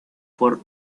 por